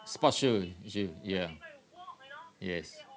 sport shoe actually ya yes